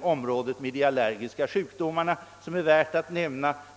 området för de allergiska sjukdomarna som är värda att nämna.